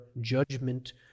judgment